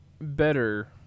better